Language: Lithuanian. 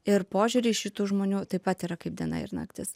ir požiūriai šitų žmonių taip pat yra kaip diena ir naktis